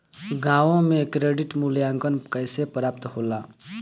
गांवों में क्रेडिट मूल्यांकन कैसे प्राप्त होला?